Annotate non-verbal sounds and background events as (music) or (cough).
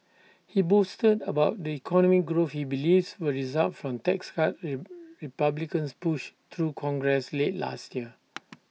he boasted about the economic growth he believes will result from tax cuts (unintelligible) republicans pushed through congress late last year